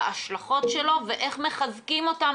בהשלכות שלו ואיך מחזקים אותם,